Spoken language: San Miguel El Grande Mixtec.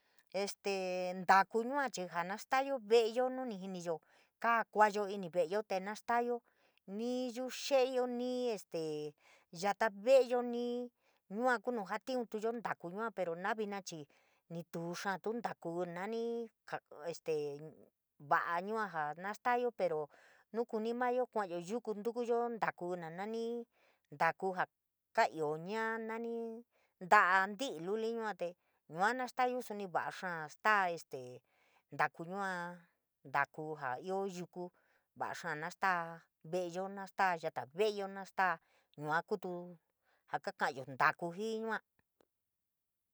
Este ndaku yua chii jaa na staayo ve´eyo káá kuayo ini ve´eyo tee naa staayo nii este yuu jeéyo nii yata ve´eyo nii yua kuu nuu jatiuntuyo ndaku naa vina chii, nii tuu xaatu ndaku nani este va´a yua jaa na staayo pero nuu mayo kuayo yuku ntukuyo ndaku kuu na nani ndaku jaa kaaioo ñaa nani nta´a nti´i luli yuate yua nastayo suni va´a xaa etaa esete ndaku yua, ndaku jaa ioo yuku va´a xaa na staa ve´eyo, na staa yata veeyo na staa yua kutu jaa kaka´yo ndaku jii yua